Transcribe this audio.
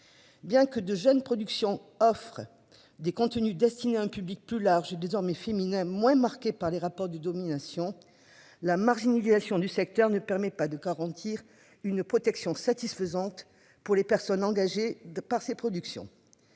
Bien que de jeunes production offre des contenus destinés à un public plus large est désormais féminin moins marquée par des rapports de domination. La marginalisation du secteur ne permet pas de garantir une protection satisfaisante pour les personnes engagées de part ses productions.